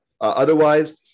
Otherwise